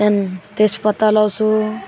त्यहाँदेखि तेजपत्ता लगाउँछु